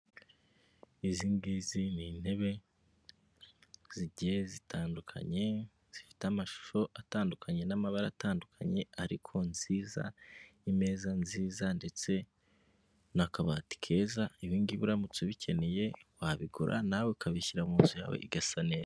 Izingizi ni intebe zigiye zitandukanye zifite amashusho atandukanye n'amabara atandukanye ariko nziza. Imeza nziza ndetse n'akabati keza. Ibingibi uramutse ubikeneye wabikora nawe ukabishyira muzu yawe igasa neza.